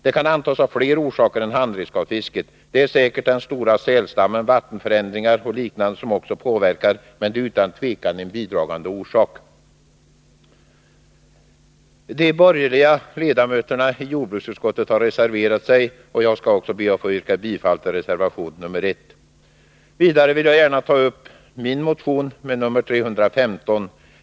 Det kan antas ha fler orsaker än handredskapsfisket. Säkert bidrar också den stora sälstammen, vattenförändringar och liknande. Men ökningen av handredskapsfisket är utan tvekan en bidragande orsak. De borgerliga ledamöterna i jordbruksutskottet har reserverat sig. Jag skall be att få yrka bifall till reservation 1. Vidare vill jag gärna ta upp min motion 315.